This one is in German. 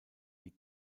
die